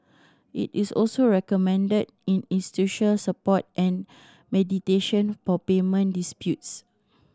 it is also recommended in institution support and mediation for payment disputes